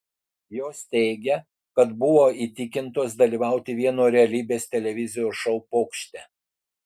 jos teigia kad buvo įtikintos dalyvauti vieno realybės televizijos šou pokšte